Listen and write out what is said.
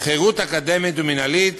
חירות אקדמית ומינהלית